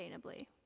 sustainably